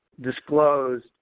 disclosed